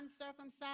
uncircumcised